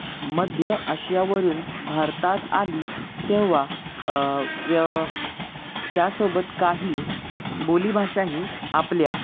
मध्य अशियावरून भारतात आली तेव्हा व्य त्यासोबत काही बोलीभाषा ही आपल्या